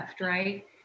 right